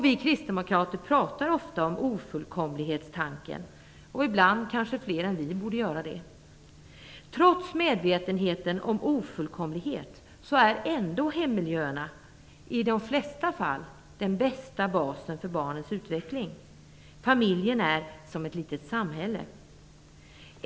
Vi kristdemokrater talar ofta om ofullkomlighetstanken, och ibland kanske fler än vi borde göra det. Trots medvetenheten om ofullkomlighet menar vi ändå att hemmiljöerna, i de flesta fall, är den bästa basen för barnens utveckling. Familjen är som ett litet samhälle.